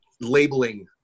labeling